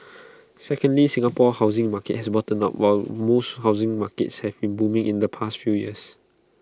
secondly Singapore's housing market has bottomed out while most housing markets have been booming in the past few years